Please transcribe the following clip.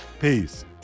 Peace